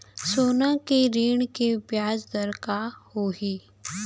सोना के ऋण के ब्याज दर का होही?